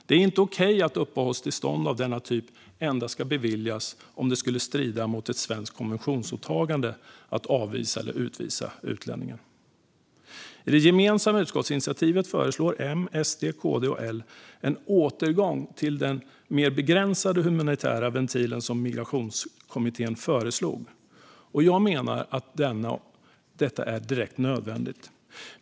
Det är inte okej att uppehållstillstånd av denna typ endast ska beviljas om det skulle strida mot ett svenskt konventionsåtagande att avvisa eller utvisa utlänningen. I det gemensamma utskottsinitiativet föreslår M, SD, KD och L en återgång till den mer begränsade humanitära ventil som Migrationskommittén föreslog. Jag menar att detta är direkt nödvändigt.